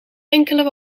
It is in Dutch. enkelen